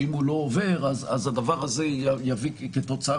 שאם הוא לא עובר אז הדבר הזה יביא כתוצאה